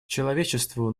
человечеству